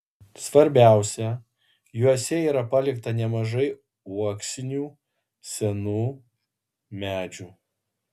svarbiausia juose yra palikta nemažai uoksinių senų medžių